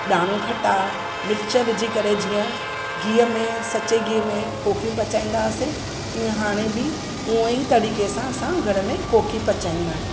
ॾाड़ूं खटा मिर्च विझी करे जीअं गीह में सचे गीह में कोकियूं पचाईंदा हुआसे तीअं हाणे बि हूअं ई तरीक़े सां असां घर में कोकी पचाईंदा आहियूं